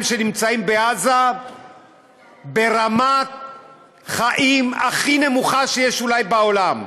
שנמצאים בעזה ברמת חיים הכי נמוכה שיש אולי בעולם.